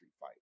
fight